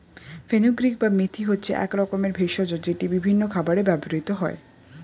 fenugreek বা মেথি হচ্ছে এক রকমের ভেষজ যেটি বিভিন্ন খাবারে ব্যবহৃত হয়